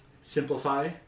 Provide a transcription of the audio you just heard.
simplify